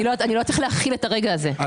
אני לא יודעת איך להכיל את הרגע הזה.